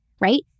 right